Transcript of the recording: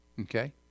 Okay